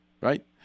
right